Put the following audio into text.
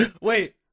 Wait